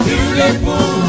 Beautiful